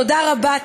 תודה רבה,